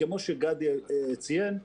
כמו שגדי ציין,